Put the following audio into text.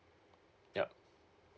yup